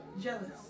jealous